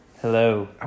hello